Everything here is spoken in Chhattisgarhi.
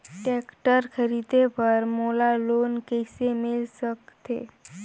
टेक्टर खरीदे बर मोला लोन कइसे मिल सकथे?